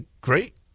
great